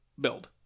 build